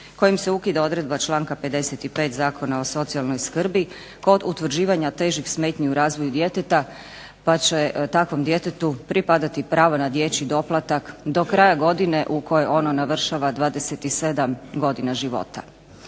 kojim se ukida odredba članka 55. Zakona o socijalnoj skrbi kod utvrđivanja težih smetnji u razvoju djeteta, pa će takvom djetetu pripadati pravo na dječji doplatak do kraja godine u kojoj ono navršava 27 godina života.